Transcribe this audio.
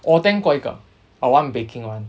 我 attend 过一个 I want baking one